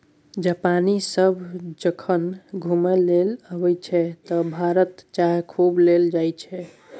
जापानी सभ जखन घुमय लेल अबैत छै तँ भारतक चाह खूब लए जाइत छै